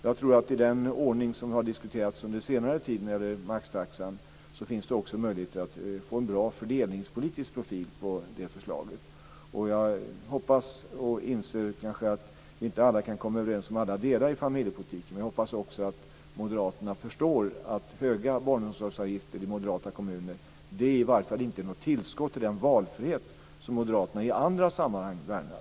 Jag tror att med den ordning som har diskuterats under senare tid när det gäller maxtaxan finns det också möjligheter att få en bra fördelningspolitisk profil på det förslaget. Jag inser att alla inte kan komma överens om alla delar i familjepolitiken. Men jag hoppas att moderaterna förstår att höga barnomsorgsavgifter i moderata kommuner inte ger något tillskott till den valfrihet som moderaterna i andra sammanhang värnar.